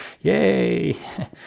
yay